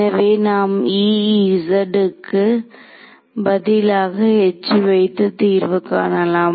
எனவே நாம் E க்கு பதிலாக H வைத்து தீர்வு காணலாம்